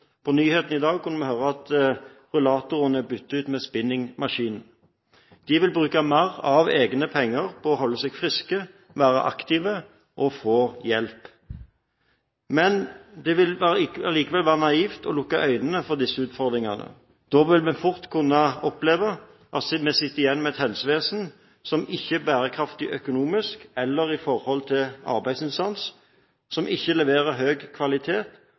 På nyhetene i dag kunne vi høre at rullatoren er byttet ut med spinningmaskin. De vil bruke mer av egne penger på å holde seg friske, være aktive og å få hjelp. Men det vil likevel være naivt å lukke øynene for disse utfordringene. Da vil vi fort kunne oppleve at vi sitter igjen med et helsevesen som ikke er bærekraftig verken økonomisk eller i forhold til arbeidsinnsats, som ikke leverer høy kvalitet,